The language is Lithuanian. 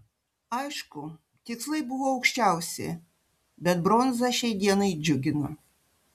aišku tikslai buvo aukščiausi bet bronza šiai dienai džiugina